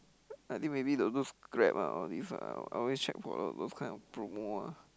I think maybe the those Grab ah all these ah I always check for all those those kind of promo ah